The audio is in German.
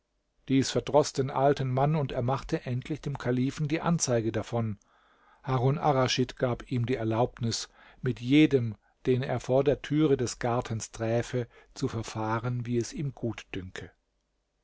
dies verdroß den alten mann und er machte endlich dem kalifen die anzeige davon harun arraschid gab ihm die erlaubnis mit jedem den er vor der türe des gartens träfe zu verfahren wie es ihm gutdünke